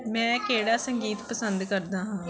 ਮੈਂ ਕਿਹੜਾ ਸੰਗੀਤ ਪਸੰਦ ਕਰਦਾ ਹਾਂ